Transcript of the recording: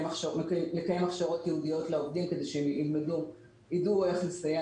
לקיים הכשרות ייעודיות לעובדים כדי שהם ידעו איך לסייע